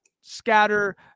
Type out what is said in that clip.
scatter